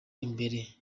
imbere